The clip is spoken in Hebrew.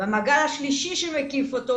המעגל השלישי שמקיף אותו